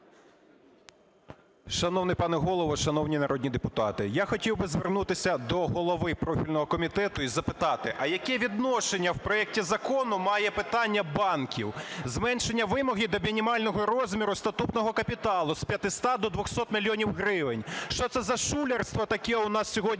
Шановний пане Голово, шановні народні депутати! Я хотів би звернутися до голови профільного комітету і запитати: а яке відношення в проекті закону має питання банків? Зменшення вимоги до мінімального розміру статутного капіталу з 500 до 200 мільйонів гривень? Що це за шулерство таке у нас сьогодні